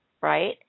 Right